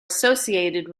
associated